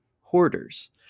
Hoarders